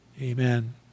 Amen